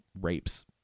rapes